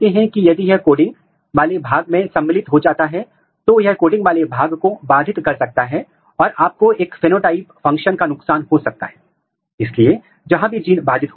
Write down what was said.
आप या तो ट्रांसक्रिप्शनल फ्यूजन कंस्ट्रक्ट बना सकते हैं अथवा ट्रांसलेशनल फ्यूजन कंस्ट्रक्ट इन दोनों में क्या अंतर है